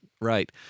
right